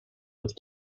would